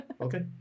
okay